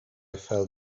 felt